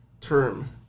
term